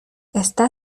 está